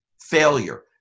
failure